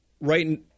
right